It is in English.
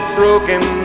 broken